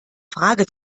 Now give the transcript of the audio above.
frage